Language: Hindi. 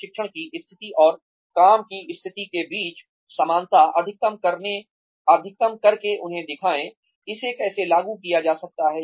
प्रशिक्षण की स्थिति और काम की स्थिति के बीच समानता अधिकतम करके उन्हें दिखाए इसे कैसे लागू किया जा सकता है